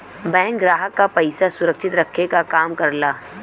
bank ग्राहक क पइसा सुरक्षित रखे क काम करला